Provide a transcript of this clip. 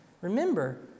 Remember